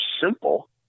simple